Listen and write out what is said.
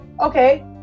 okay